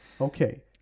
Okay